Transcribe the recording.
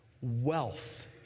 wealth